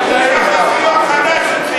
היא לא יכולה לעמוד ולהגיד,